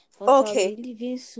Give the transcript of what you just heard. Okay